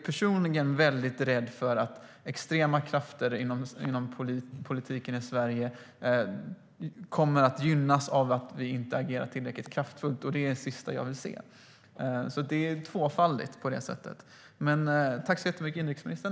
Personligen är jag väldigt rädd för att extrema krafter inom politiken i Sverige kommer att gynnas av att vi inte agerar tillräckligt kraftfullt, och det är det sista jag vill se. På det sättet är det alltså ömsesidigt. Tack så jättemycket, inrikesministern.